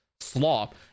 Slop